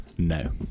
No